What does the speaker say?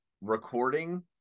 recording